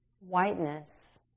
whiteness